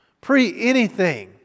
pre-anything